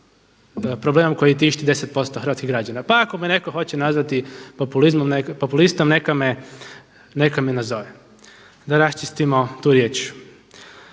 problemom koji tišti 10% hrvatskih građana. Pa ako me netko hoće nazvati populistom neka me nazove da raščistimo tu riječ.